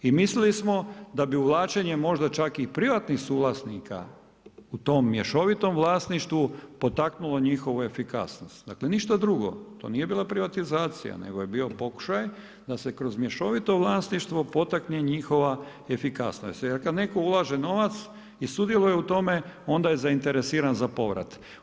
I mislili smo da bi uvlačenjem možda čak i privatnih suvlasnika u tom mješovitom vlasništvu potaknulo njihovu efikasnost, dakle ništa drugo, to nije bila privatizacije nego je bio pokušaj da se kroz mješovito vlasništvo potakne njihova efikasnost jer ako ne ulaže novac i sudjeluje u tome onda je zainteresiran za povrat.